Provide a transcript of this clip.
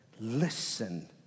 listen